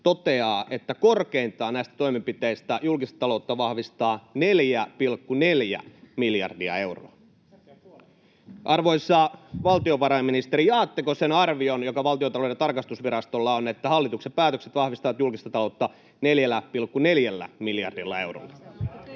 toteaa, että näistä toimenpiteistä julkista taloutta vahvistaa korkeintaan 4,4 miljardia euroa. [Vasemmalta: Melkein puolet!] Arvoisa valtiovarainministeri, jaatteko sen arvion, joka Valtiontalouden tarkastusvirastolla on, että hallituksen päätökset vahvistavat julkista taloutta 4,4 miljardilla eurolla?